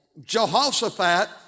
Jehoshaphat